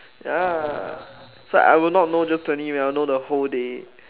ya so I would not know just twenty minutes I would know the whole day